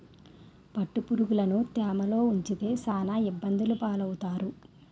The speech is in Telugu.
పట్టుపురుగులుని తేమలో ఉంచితే సాన ఇబ్బందులు పాలవుతారు